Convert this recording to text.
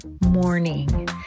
morning